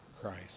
Christ